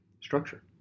structure